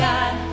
God